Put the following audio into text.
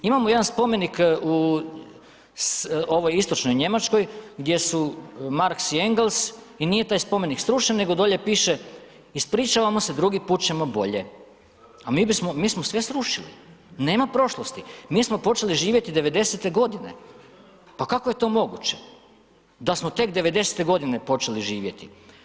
Imamo jedan spomenik u ovoj istočnoj Njemačkoj gdje su Marx i Engels i nije taj spomenik srušen, nego dolje piše „ispričavamo se, drugi put ćemo bolje“, a mi smo sve srušili, nema prošlosti, mi smo počeli živjeti 90.-te godine, pa kako je to moguće da smo tek 90.-te godine počeli živjeti?